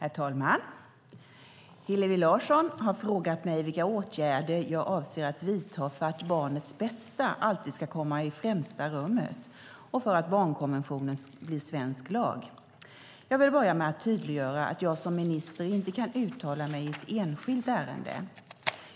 Herr talman! Hillevi Larsson har frågat mig vilka åtgärder jag avser att vidta för att barnets bästa alltid ska komma i främsta rummet och för att barnkonventionen ska bli svensk lag. Jag vill börja med att tydliggöra att jag som minister inte kan uttala mig i ett enskilt ärende.